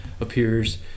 appears